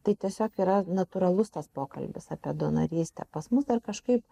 tai tiesiog yra natūralus tas pokalbis apie donorystę pas mus dar kažkaip